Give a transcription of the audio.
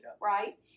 Right